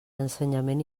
ensenyament